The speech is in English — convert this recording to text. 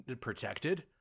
protected